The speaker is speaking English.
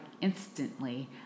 instantly